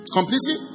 Completely